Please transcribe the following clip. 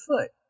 foot